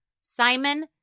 Simon